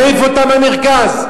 בוא נעיף אותם למרכז.